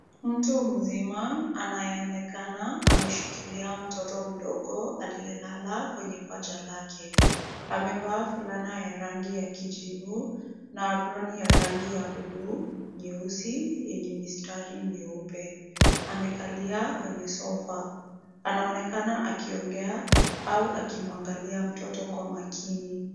Mtu mzima anayeonekana ameshikilia mtoto mdogo aliyelala kwenye paja lake. Amevaa fulana ya rangi ya kijivu na aproni ya rangi ya buluu, nyeusi yenye mistari nyeupe. Amekalia kwenye sofa, anaonekana akiongea au anamwangalia mtoto kwa makini.